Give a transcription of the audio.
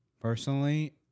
personally